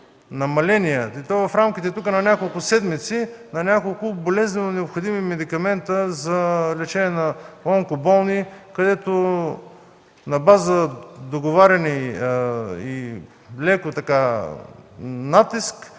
в рамките на няколко седмици на няколко болезнено необходими медикамента за лечение на онкоболни, където на база договаряне и лек натиск